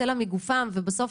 זה צלע מגופם, ובסוף